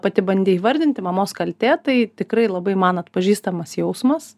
pati bandei įvardinti mamos kaltė tai tikrai labai man atpažįstamas jausmas